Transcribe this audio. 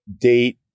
date